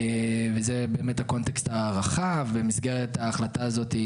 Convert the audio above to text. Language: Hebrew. זה קונטקסט ההארכה ומסגרת ההחלטה הזאת.